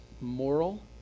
moral